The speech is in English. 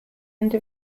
end